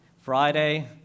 Friday